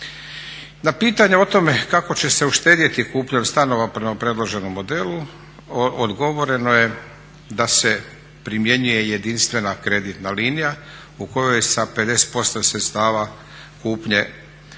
Na pitanje o tome kako će se uštedjeti kupnjom stanova prema predloženom modelu odgovoreno je da se primjenjuje jedinstvena kreditna linija u kojoj sa 50% sredstava kupnje